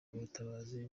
butabazi